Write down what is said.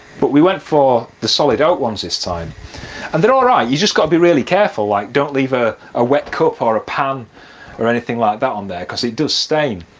but we went for the solid oak ones this time and then all right, you've just got to be really careful, like don't leave ah a wet cup or a pan or anything like that on there because it does stain.